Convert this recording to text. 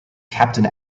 captain